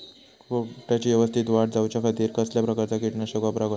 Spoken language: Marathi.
रोपट्याची यवस्तित वाढ जाऊच्या खातीर कसल्या प्रकारचा किटकनाशक वापराक होया?